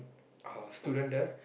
uh student there